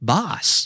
Boss